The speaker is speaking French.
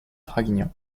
draguignan